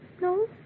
No